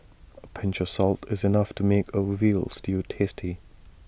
A pinch of salt is enough to make A Veal Stew tasty